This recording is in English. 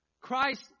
Christ